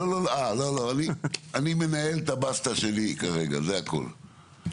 לא לא אני מנהל את הבסטה שלי כרגע זה הכל.